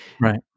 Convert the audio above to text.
right